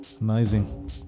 Amazing